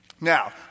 Now